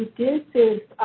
this